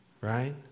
right